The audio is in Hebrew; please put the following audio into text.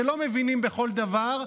שלא מבינים בכל דבר,